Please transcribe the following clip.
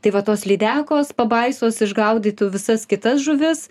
tai va tos lydekos pabaisos išgaudytų visas kitas žuvis